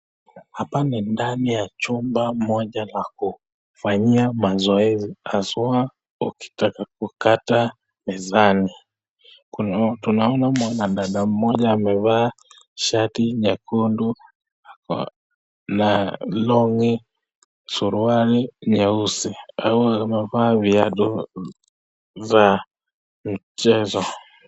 Hapa ni ndani ya chumba moja la kufanyia mazoezi haswa ukitaka kukata mizani. Tunamwona dada mmoja amevaa shati nyekundu, ako na longi , surwali nyeusi. Amevaa viatu za mchezo.